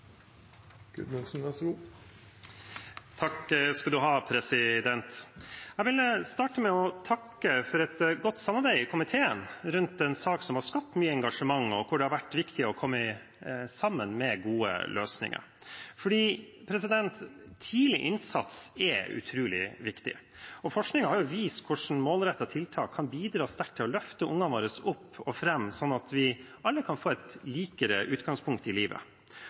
Jeg vil starte med å takke for et godt samarbeid i komiteen rundt en sak som har skapt mye engasjement, og hvor det har vært viktig å komme sammen om gode løsninger. Tidlig innsats er utrolig viktig, og forskningen har vist hvordan målrettede tiltak kan bidra sterkt til å løfte ungene våre opp og fram, sånn at vi alle kan få et likere utgangspunkt i livet.